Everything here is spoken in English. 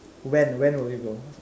when when will you go